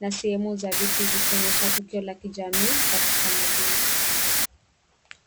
na sehemu za viti zikionyesha tukio la kijamii la kitamaduni.